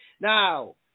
Now